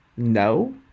No